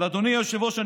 אבל אדוני היושב-ראש,